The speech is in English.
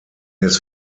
his